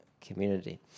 community